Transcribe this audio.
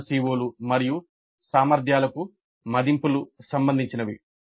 పేర్కొన్న CO లు మరియు సామర్థ్యాలకు మదింపులు సంబంధించినవి